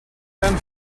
and